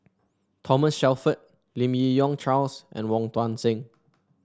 Thomas Shelford Lim Yi Yong Charles and Wong Tuang Seng